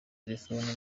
terefone